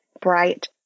bright